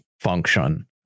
function